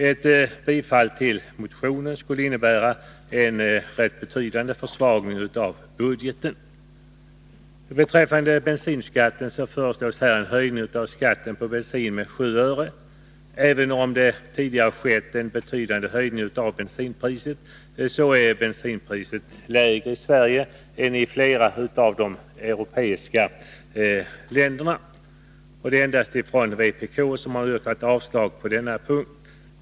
Ett bifall till motionen skulle innebära en rätt betydande försvagning av budgeten. Beträffande bensinskatten föreslås en höjning med 7 öre per liter. Trots att det tidigare skett en betydande höjning av bensinpriset, är det lägre i Sverige än i flera andra europeiska länder. Endast från vpk har yrkats avslag på denna punkt.